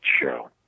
show